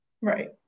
Right